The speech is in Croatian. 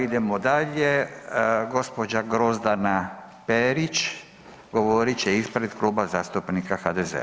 Idemo dalje, gospođa Grozdana Perić govorit će ispred Kluba zastupnika HDZ-a.